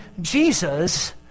Jesus